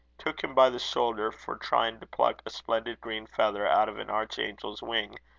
took him by the shoulder for trying to pluck a splendid green feather out of an archangel's wing,